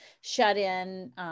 shut-in